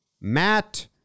Matt